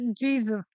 jesus